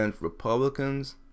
Republicans